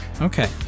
Okay